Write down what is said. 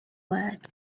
word